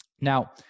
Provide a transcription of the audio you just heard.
Now-